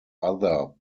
other